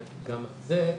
גם את זה,